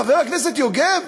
חבר הכנסת יוגב,